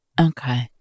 Okay